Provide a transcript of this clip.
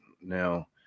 Now